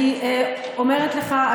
אני אומרת לך,